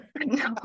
No